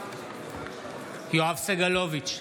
יואב סגלוביץ'